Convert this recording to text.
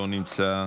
לא נמצא.